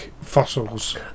fossils